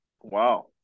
Wow